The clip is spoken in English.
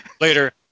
later